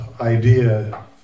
idea